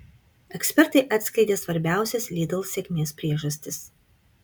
ekspertai atskleidė svarbiausias lidl sėkmės priežastis